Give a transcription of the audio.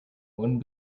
one